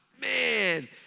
man